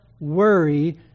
worry